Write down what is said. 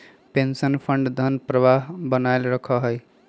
pension fund धन प्रवाह बनावल रखा हई